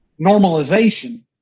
normalization